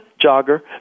jogger